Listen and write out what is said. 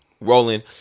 Rolling